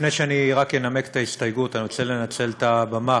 לפני שאנמק את ההסתייגות אני רוצה לנצל את הבמה